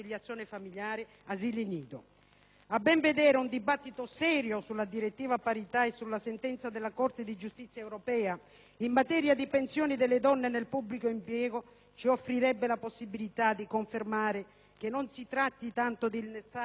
A ben vedere, un dibattito serio sulla direttiva parità e sulla sentenza della Corte di giustizia europea in materia di pensioni delle donne nel pubblico impiego ci offrirebbe la possibilità di confermare che non si tratta tanto di innalzare l'età pensionabile delle donne,